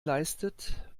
leistet